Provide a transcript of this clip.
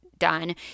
done